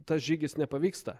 tas žygis nepavyksta